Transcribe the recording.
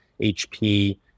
HP